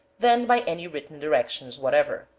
than by any written directions whatever.